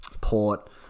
Port